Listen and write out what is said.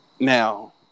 Now